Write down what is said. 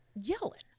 yelling